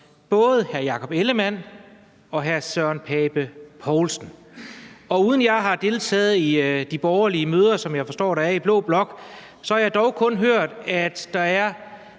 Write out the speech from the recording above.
både hr. Jakob Ellemann-Jensen og hr. Søren Pape Poulsen. Og uden jeg har deltaget i de borgerlige møder, som jeg forstår der er i blå blok, har jeg dog kun hørt, at der er